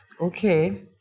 Okay